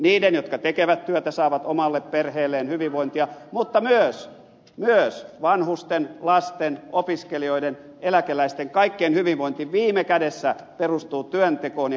niiden jotka tekevät työtä saavat omalle perheelleen hyvinvointia mutta myös vanhusten lasten opiskelijoiden eläkeläisten kaikkien hyvinvointi viime kädessä perustuu työntekoon ja yrittäjyyteen